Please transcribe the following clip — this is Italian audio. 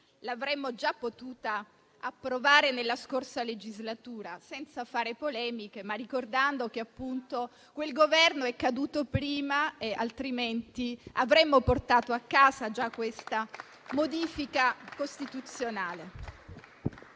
l'avremmo già potuta approvare nella scorsa legislatura. Senza fare polemiche, voglio solo ricordare che quel Governo è caduto prima, altrimenti avremmo già portato a casa questa modifica costituzionale.